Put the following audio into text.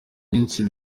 nyinshi